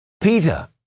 Peter